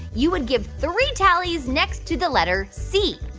you would give three tallies next to the letter c.